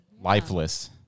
lifeless